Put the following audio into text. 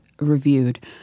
reviewed